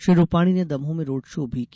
श्री रूपाणी ने दमोह में road show भी किया